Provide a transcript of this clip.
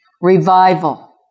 revival